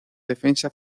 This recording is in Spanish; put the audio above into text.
defensa